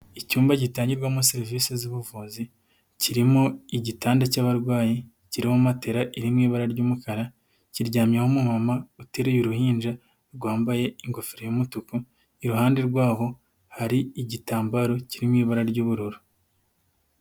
Icyumba gitangirwamo serivisi z'ubuvuzi, kirimo igitanda cy'abarwayi kiriho matela iri mu ibara ry'umukara, kiryamyeho umumama uteruye uruhinja rwambaye ingofero y'umutuku, iruhande rw'aho hari igitambaro kirimo ibara ry'ubururu.